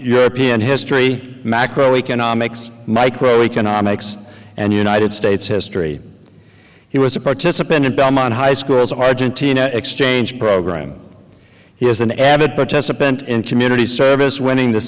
european history macro economics micro economics and united states history he was a participant in belmont high schools of argentina exchange program he was an avid participant in community service winning the